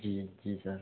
जी जी सर